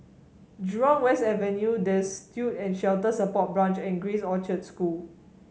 Jurong West Avenue Destitute and Shelter Support Branch and Grace Orchard School